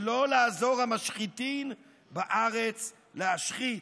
שלא לעזור המשחיתין בארץ להשחית".